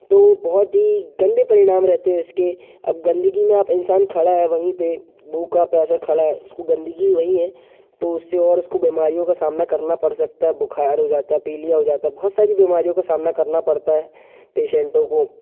तो बहुत ही गंदे परिणाम रहते हैं इसके अब गंदगी में आप इंसान खड़ा है वहीं पे भूखा प्यासा खड़ा है उसको गंदगी वहीं है तो उससे और उसको बीमारियों का सामना करना पड़ सकता है बुखार हो जाता है पीलिया हो जाता है बहुत सारी बीमारियों का सामना करना पड़ता है पेसेंटों को